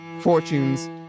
fortunes